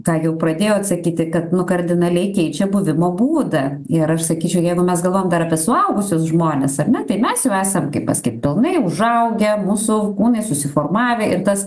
ką jau pradėjot sakyti kad nu kardinaliai keičia buvimo būdą ir aš sakyčiau jeigu mes galvojam dar apie suaugusius žmones ar ne tai mes jau esam kaip paskyt pilnai užaugę mūsų kūnai susiformavę ir tas